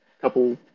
couple